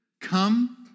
Come